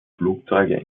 flugzeuge